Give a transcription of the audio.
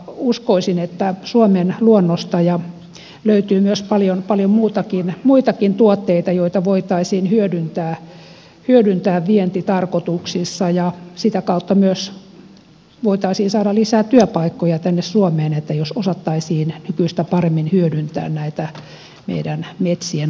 uskoisin että suomen luonnosta löytyy paljon muitakin tuotteita joita voitaisiin hyödyntää vientitarkoituksissa ja sitä kautta voitaisiin myös saada lisää työpaikkoja tänne suomeen jos osattaisiin nykyistä paremmin hyödyntää näitä meidän metsien aarteita